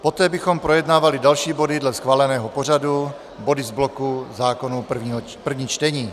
Poté bychom projednávali další body dle schváleného pořadu, body z bloku zákonů první čtení.